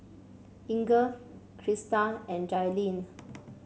Inger Krysta and Jailyn